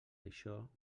això